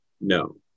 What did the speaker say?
No